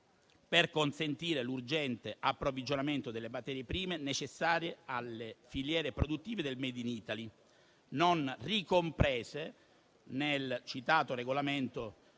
per consentire l'urgente approvvigionamento delle materie prime necessarie alle filiere produttive del made in Italy non ricomprese nel citato Regolamento